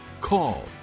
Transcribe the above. call